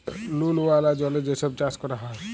লুল ওয়ালা জলে যে ছব চাষ ক্যরা হ্যয়